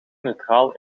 neutraal